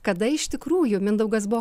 kada iš tikrųjų mindaugas buvo